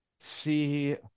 see